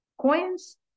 coins